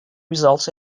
results